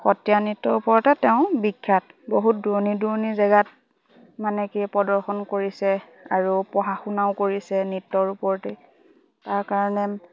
সত্ৰীয়া নৃত্যৰ ওপৰতে তেওঁ বিখ্যাত বহুত দূৰণি দূৰণি জেগাত মানে কি প্ৰদৰ্শন কৰিছে আৰু পঢ়া শুনাও কৰিছে নৃত্যৰ ওপৰতেই তাৰ কাৰণে